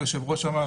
היושב-ראש אמר,